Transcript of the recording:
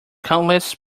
countless